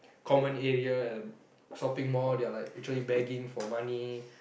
common area and shopping mall they are like literally begging for money